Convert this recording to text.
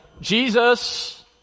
Jesus